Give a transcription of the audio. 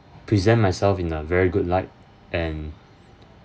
present myself in a very good light and